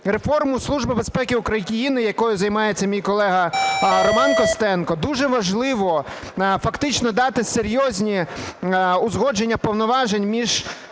реформу Служби безпеки України, якою займається мій колега Роман Костенко, дуже важливо фактично дати серйозні узгодження повноважень між